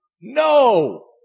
No